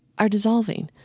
are dissolving.